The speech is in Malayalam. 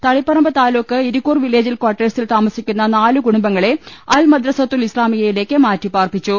തളിപ്പറമ്പ് താലൂക്ക് ഇരിക്കൂർ വില്ലേജിൽ കാർട്ടേഴ്സിൽ താമസിക്കുന്ന നാല് കുടുംബങ്ങളെ അൽ മദ്രസ്സത്തുൽ ഇസ്ലാമിയയിലേക്ക് മാറ്റി പാർപ്പിച്ചു